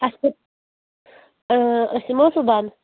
اَسہِ أسۍ یِمو صُبحن